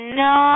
no